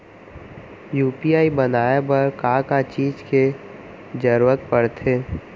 UPI बनाए बर का का चीज के जरवत पड़थे?